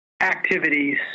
activities